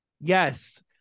Yes